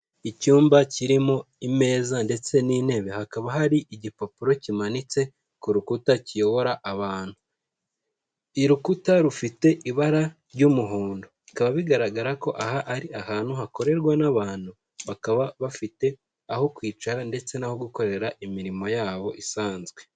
Icyumba kirimo imeza ndetse n'intebe, hakaba hari igipapuro kimanitse ku rukuta kiyobora abantu, irukuta rufite ibara ry'umuhondo, bikaba bigaragara ko aha ari ahantu hakorerwa n'abantu, bakaba bafite aho kwicara ndetse naho gukorera imirimo yabo isanzwe.